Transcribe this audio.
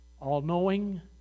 all-knowing